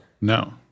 No